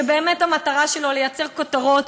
שבאמת המטרה שלו היא לייצר כותרות,